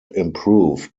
improve